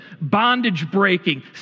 bondage-breaking